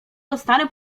dostanę